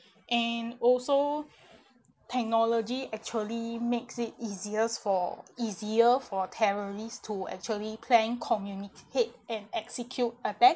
and also technology actually makes it easiest for easier for terrorist to actually plan communicate and execute attack